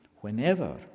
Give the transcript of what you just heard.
whenever